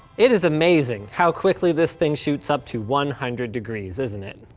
it is amazing how quickly this thing shoots up to one hundred degrees isn't it?